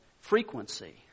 frequency